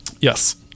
Yes